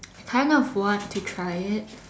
I kind of want to try it